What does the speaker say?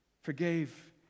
forgave